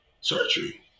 surgery